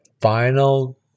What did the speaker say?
final